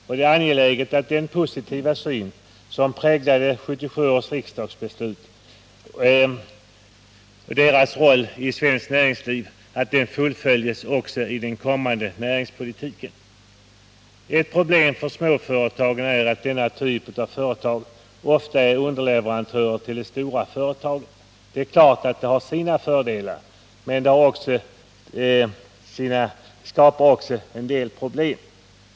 Och det är angeläget att den positiva syn som präglade 1977 års riksdagsbeslut angående de mindre och medelstora företagens roll i svenskt näringsliv fullföljes i den kommande näringspolitiken. Ett problem för småföretagen är att denna typ av företag ofta är underleverantörer till de stora företagen. Det är klart att detta har sina fördelar, men det skapar också en hel del problem.